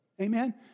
amen